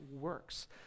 works